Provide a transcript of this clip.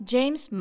James